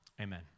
amen